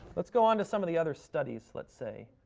let's go on to some of the other studies, let's say,